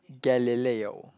Galileo